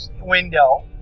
window